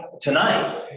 tonight